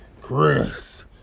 Chris